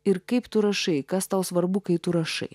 ir kaip tu rašai kas tau svarbu kai tu rašai